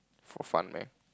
for fun meh